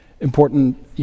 important